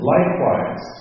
Likewise